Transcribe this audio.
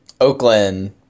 Oakland